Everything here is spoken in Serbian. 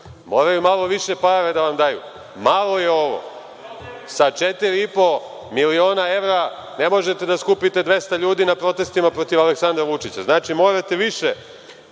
moraju malo više para da vam daju, malo je ovo. Sa 4,5 miliona evra ne možete da skupite 200 ljudi na protestima protiv Aleksandra Vučića. Znači morate više